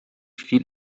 viel